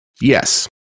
Yes